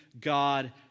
God